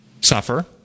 suffer